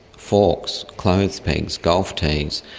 forks, clothes pegs, golf tees.